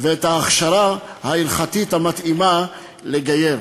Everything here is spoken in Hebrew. וההכשרה ההלכתית המתאימה לגייר.